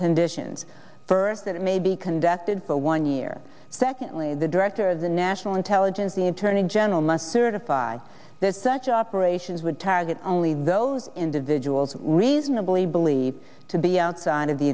conditions first that it may be conducted for one year secondly the director of the national intelligence the attorney general must certify that such operations would target only those individuals reasonably believed to be outside of the